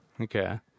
Okay